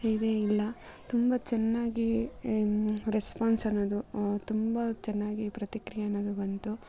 ಇದೇ ಇಲ್ಲ ತುಂಬ ಚೆನ್ನಾಗಿ ರೆಸ್ಪಾನ್ಸ್ ಅನ್ನೋದು ತುಂಬ ಚೆನ್ನಾಗಿ ಪ್ರತಿಕ್ರಿಯೆ ಅನ್ನೋದು ಬಂತು